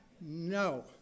No